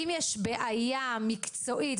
אם יש בעיה מקצועית,